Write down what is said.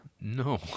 No